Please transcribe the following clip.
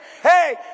Hey